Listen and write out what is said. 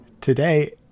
Today